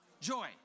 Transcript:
joy